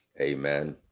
Amen